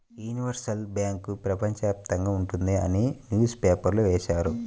universal bank ప్రపంచ వ్యాప్తంగా ఉంటుంది అని న్యూస్ పేపర్లో వేశారు